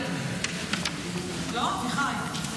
לא, אביחי?